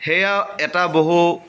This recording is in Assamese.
সেয়াও এটা বহু